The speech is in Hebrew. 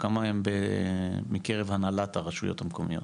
כמה הם מקרב הנהלת הרשויות המקומיות?